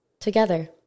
together